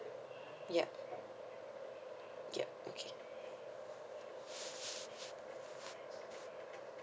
yup yup okay